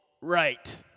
right